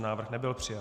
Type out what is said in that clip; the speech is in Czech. Návrh nebyl přijat.